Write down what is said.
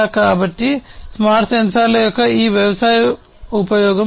కాబట్టి స్మార్ట్ సెన్సార్ల యొక్క ఈ వ్యవసాయ ఉపయోగం ఇది